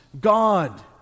God